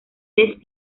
les